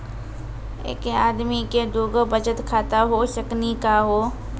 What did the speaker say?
एके आदमी के दू गो बचत खाता हो सकनी का हो?